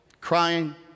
crying